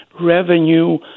revenue